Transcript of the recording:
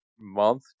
month